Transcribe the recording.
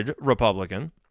Republican